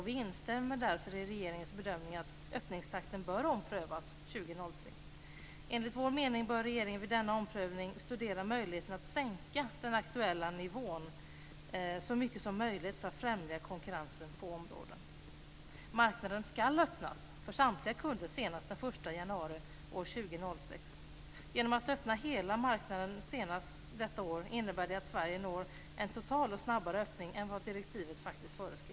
Vi instämmer därför i regeringens bedömning att öppningstakten bör omprövas 2003. Enligt vår mening bör regeringen vid denna omprövning studera möjligheten att sänka den aktuella nivån så mycket som möjligt för att främja konkurrensen på området. Marknaden ska öppnas för samtliga kunder senast den 1 januari år 2006. Genom att öppna hela marknaden senast detta år når Sverige en total och snabbare öppning än vad direktivet faktiskt föreskriver.